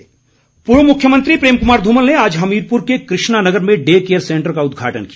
धूमल पूर्व मुख्यमंत्री प्रेम कुमार धूमल ने आज हमीरपुर के कृष्णा नगर में डे केयर सेंटर का उद्घाटन किया